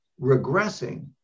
regressing